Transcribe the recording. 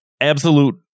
absolute